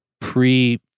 pre